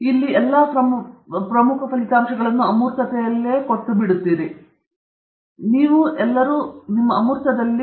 ಆದ್ದರಿಂದ ಇಲ್ಲಿ ನಿಮ್ಮ ಎಲ್ಲಾ ಪ್ರಮುಖ ಫಲಿತಾಂಶಗಳನ್ನು ನೀವು ಬಿಟ್ಟುಕೊಡುತ್ತೀರಿ ನೀವೆಲ್ಲರೂ ನಿಮ್ಮ ಅಮೂರ್ತದಲ್ಲಿ ನೀಡುವುದು